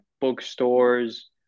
bookstores